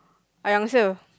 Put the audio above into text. I answer